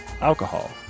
alcohol